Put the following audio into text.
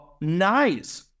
nice